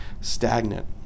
stagnant